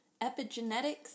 epigenetics